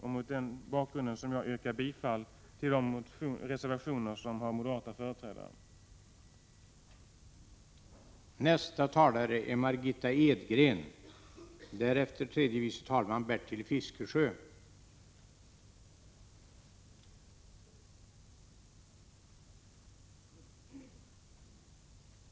Det är även mot den bakgrunden som jag yrkar bifall till de reservationer som de moderata företrädarna står bakom.